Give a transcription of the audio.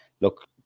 look